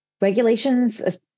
regulations